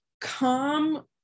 calm